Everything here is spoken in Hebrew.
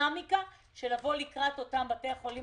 מצוקת בתי החולים